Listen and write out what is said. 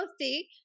see